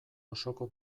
osoko